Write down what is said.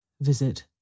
Visit